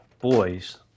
Boys